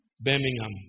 Birmingham